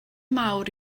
mawr